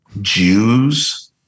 Jews